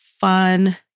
fun